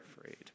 afraid